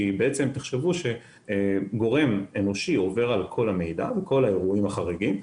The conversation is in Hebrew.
תחשבו שגורם אנושי עובר על כל המידע וכל האירועים החריגים,